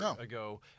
ago